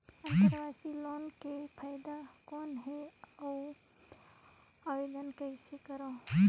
अंतरव्यवसायी लोन के फाइदा कौन हे? अउ आवेदन कइसे करव?